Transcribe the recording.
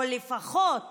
או לפחות